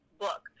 book